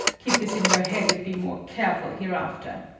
keep this in your head and be more careful hereafter.